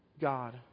God